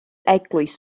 eglwys